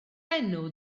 enw